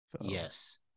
Yes